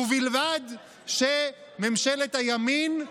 ובלבד שממשלת הימין,